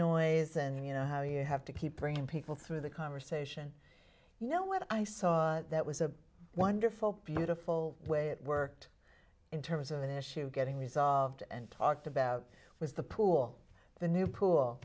noise and you know how you have to keep bringing people through the conversation you know what i saw that was a wonderful beautiful way it worked in terms of an issue getting resolved and talked about was the pool the new pool